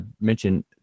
mention